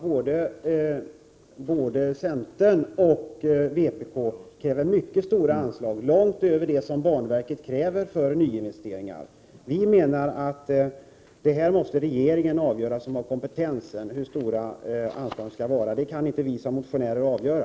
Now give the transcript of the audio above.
Både centern och vpk kräver mycket stora anslag, långt utöver det belopp som banverket kräver för nya investeringar. Vi menar att regeringen som har kompetensen måste få avgöra hur stora anslagen skall vara. Det kan inte vi som motionerar avgöra.